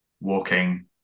walking